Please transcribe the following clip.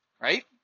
Right